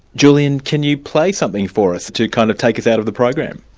julian, can you play something for us to kind of take us out of the program?